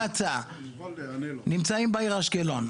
קצא"א נמצאים בעיר אשקלון.